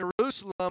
Jerusalem